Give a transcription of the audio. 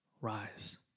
rise